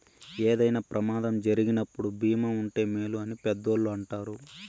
ఏదైనా ప్రమాదం జరిగినప్పుడు భీమా ఉంటే మేలు అని పెద్దోళ్ళు అంటారు